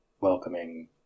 welcoming